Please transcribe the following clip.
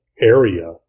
area